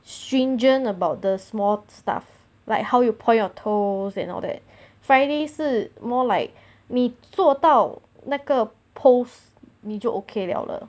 stringent about the small stuff like how you pour your toes and all that friday 是 more like 你做到那个 pose 你就 okay liao 了